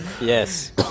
Yes